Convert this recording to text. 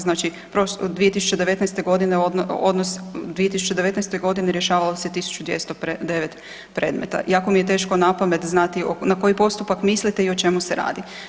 Znači 2019. odnos, 2019. godine rješavalo se 1209 predmeta, jako mi je teško napamet znati na koji postupak mislite i o čemu se radi.